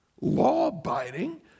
law-abiding